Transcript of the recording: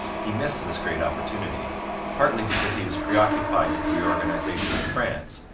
he missed this great opportunity partly because he was preoccupied with the reorganization of france,